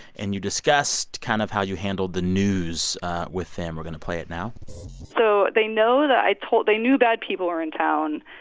and you discussed kind of how you handled the news with them. we're going to play it now so they know that i told they knew bad people were in town,